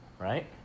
right